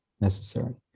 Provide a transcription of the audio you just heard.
necessary